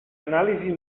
anàlisi